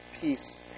peace